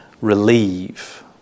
relieve